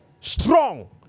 strong